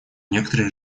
некоторые